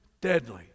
deadly